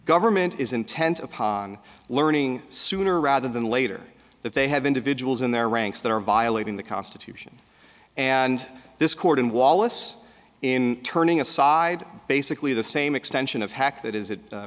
government is intent upon learning sooner rather than later that they have individuals in their ranks that are violating the constitution and this court and wallace in turning aside basically the same extension of hack that is it